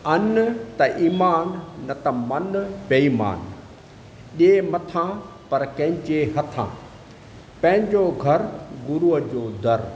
अनु त ईमानु न त मन बेईमानु ॾे मथां पर कंहिंजे हथां पंहिंजो घरु गुरुअ जो दरु